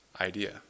idea